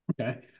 Okay